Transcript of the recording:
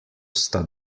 sta